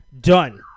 done